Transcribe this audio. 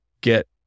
get